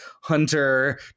hunter